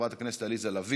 חברת הכנסת עליזה לביא,